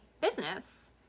business